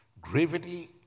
gravity